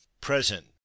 present